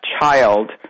child